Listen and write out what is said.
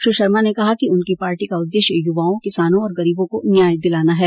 श्री शर्मा ने कहा कि उनकी पार्टी का उद्देश्य युवाओं किसानों और गरीबों को न्याय दिलाना है